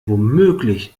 womöglich